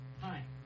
Hi